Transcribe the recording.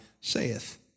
saith